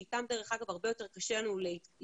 שאיתם דרך אגב הרבה יותר קשה לנו להתמודד,